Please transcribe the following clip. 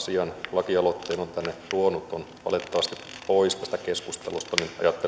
lakialoitteen on tänne tuonut on valitettavasti pois tästä keskustelusta